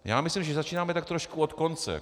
Já myslím, že začínáme tak trošku od konce.